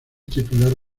titular